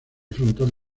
frontal